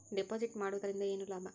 Deposit ಮಾಡುದರಿಂದ ಏನು ಲಾಭ?